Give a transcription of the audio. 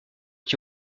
qui